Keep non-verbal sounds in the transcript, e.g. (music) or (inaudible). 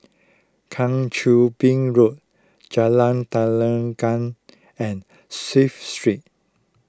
Kang Choo Bin Road Jalan (unintelligible) and Safe Street